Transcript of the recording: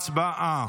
הצבעה.